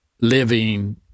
living